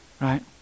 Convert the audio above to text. right